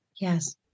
Yes